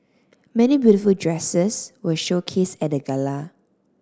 many beautiful dresses were showcased at the gala